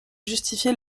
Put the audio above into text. justifier